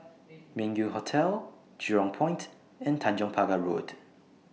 Meng Yew Hotel Jurong Point and Tanjong Pagar Road